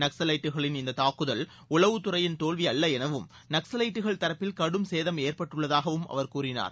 நக்ஸவைட்டுகளின் இந்த தாக்குதல் உளவத்துறையின் தோல்வி அல்ல எனவும் நக்ஸவைட்டுகள் தரப்பில் கடும் சேதம் ஏற்பட்டுள்ளதாகவும் அவர் கூறினார்